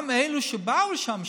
גם אלה שבאו לשם,